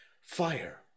fire